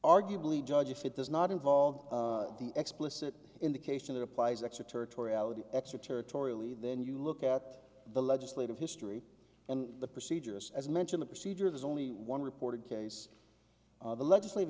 arguably judge if it does not involve the explicit indication that applies extraterritoriality extraterritorial e then you look at the legislative history and the procedures as mention the procedure there's only one reported case the legislat